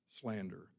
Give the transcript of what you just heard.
slander